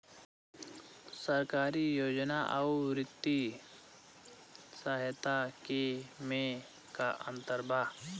सरकारी योजना आउर वित्तीय सहायता के में का अंतर बा?